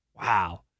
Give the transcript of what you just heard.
Wow